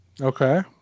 Okay